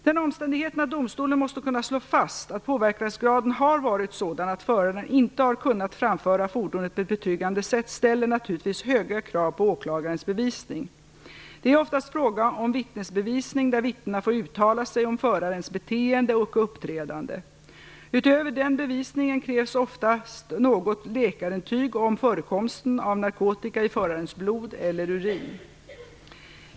Den omständigheten att domstolen måste kunna slå fast att påverkansgraden har varit sådan att föraren inte har kunnat framföra fordonet på ett betryggande sätt ställer naturligtvis höga krav på åklagarens bevisning. Det är oftast fråga om vittnesbevisning där vittnena får uttala sig om förarens beteende och uppträdande. Utöver den bevisningen krävs oftast något läkarintyg om förekomsten av narkotika i förarens blod eller urin.